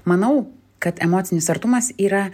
manau kad emocinis artumas yra